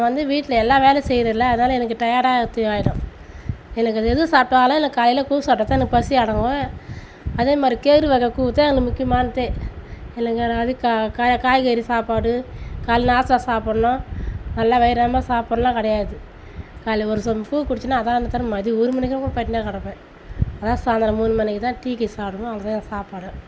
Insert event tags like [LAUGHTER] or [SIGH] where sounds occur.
நான் வந்து வீட்டில் எல்லா வேலை செய்கிறேன்ல அதனால் எனக்கு டையர்டாக ஆகிடும் எனக்கு அது எது சாப்பிட்டாலும் எனக்கு காலையில் கூழ் சாப்பிட்டா தான் எனக்கு பசி அடங்கும் அதே மாதிரி கேவரு வகை கூழ் தான் எனக்கு முக்கியமானதே எனக்கு [UNINTELLIGIBLE] காய்கறி சாப்பாடு காலைல நாஸ்த்தா சாப்பிட்றேனா நல்லா வயிறு [UNINTELLIGIBLE] சாப்பாடுலாம் கிடையாது காலைல ஒரு சொம்பு கூழ் குடித்தேன்னா அதானே தவிர மதியம் ஒரு மணி வரைக்கும் கூட பட்டினியா கிடப்பேன் அதான் சாயந்தரம் மூணு மணிக்கு தான் டீ சாப்பிடுவோம் அவ்வளோ தான் என் சாப்பாடு